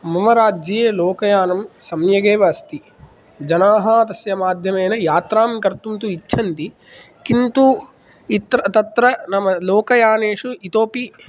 मम राज्ये लोकयानं सम्यगेव अस्ति जनाः तस्य माध्यमेन यात्रां कर्तुं तु इच्छन्ति किन्तु तत्र नाम लोकयानेषु इतोऽपि